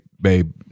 babe